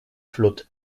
flotte